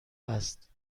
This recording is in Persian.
است